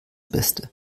beste